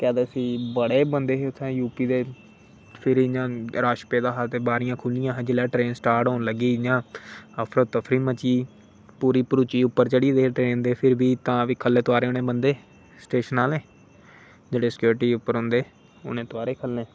केह् आखदे उसी बडे़ बंदे हे उत्थै यू पी दे फिर इयां रश पेदा हा बारियां खुलियां हियां ट्रेन स्टार्ट होन लग्गी इयां अफरी तफरी मची गेई पूरी भरोची गेई उपर चढ़ी गेदे हे ट्रेन दे फिर बी खल्ले गी तुआरे उनें बंदे स्टेशना आहले जेहडे़ सक्योरिटी उप्पर होंदे उनें तुआरे खल्ले गी